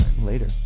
Later